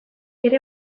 ere